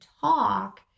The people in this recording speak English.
talk